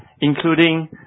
including